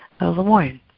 Lemoyne